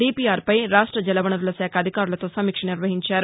దీపీఆర్పై రాష్ట జలవనరులశాఖ అధికారులతో సమీక్ష నిర్వహించారు